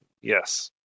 Yes